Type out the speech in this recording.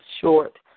short